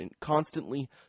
constantly